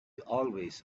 always